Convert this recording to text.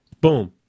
boom